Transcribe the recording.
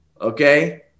Okay